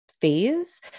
phase